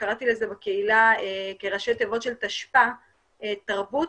קראתי לזה בקהילה ראשי תיבות של תשפ"א תרבות,